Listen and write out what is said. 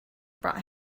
brought